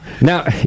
Now